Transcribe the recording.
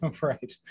Right